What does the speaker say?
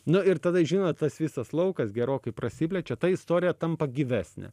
nu ir tada žinot tas visas laukas gerokai prasiplečia ta istorija tampa gyvesnė